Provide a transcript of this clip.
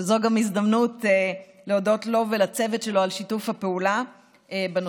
וזאת גם הזדמנות להודות לו ולצוות שלו על שיתוף הפעולה בנושא.